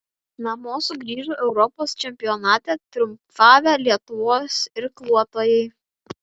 namo sugrįžo europos čempionate triumfavę lietuvos irkluotojai